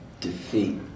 Defeat